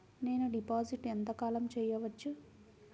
నేను డిపాజిట్ ఎంత కాలం చెయ్యవచ్చు?